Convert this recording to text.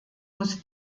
muss